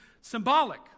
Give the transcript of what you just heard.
symbolic